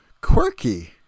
quirky